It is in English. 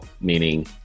meaning